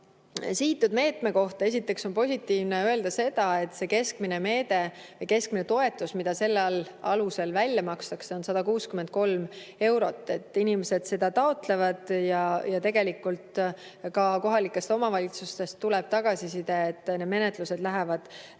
Sihitud meetme kohta on esiteks positiivne öelda seda, et keskmine toetus, mida selle alusel välja makstakse, on 163 eurot. Inimesed seda taotlevad ja tegelikult ka kohalikest omavalitsustest tuleb tagasiside, et need menetlused lähevad